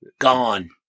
Gone